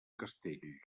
castell